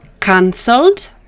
Cancelled